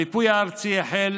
המיפוי הארצי החל